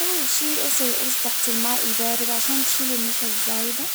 أول شي أغسل الأرز تحت الماء الباردة عشان تشيل النشا الزايدة،